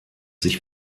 sich